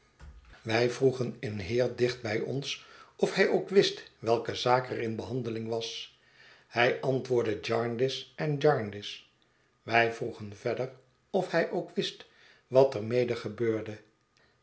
wij vroegen een heer dicht bij ons of hij ook wist welke zaak er in behandeling was hij antwoordde jarndyce en jarndyce wij vroegen verder of hij ook wist wat er mede gebeurde